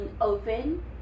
open